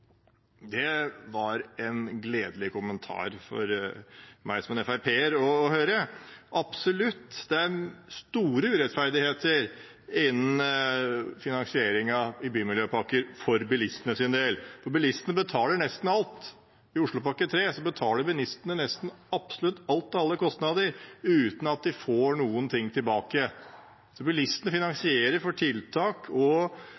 Det var en gledelig kommentar for meg som Frp-er å høre. Absolutt – det er store urettferdigheter innen finansieringen av bymiljøpakker for bilistenes del, for bilistene betaler nesten alt. I Oslopakke 3 betaler bilistene nesten absolutt alle kostnader uten at de får noen ting tilbake. Så bilistene finansierer tiltak og